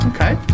Okay